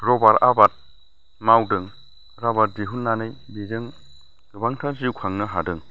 राबार आबाद मावदों राबार दिहुननानै बेजों गोबांथार जिउ खांनो हादों